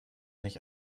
nicht